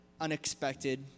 unexpected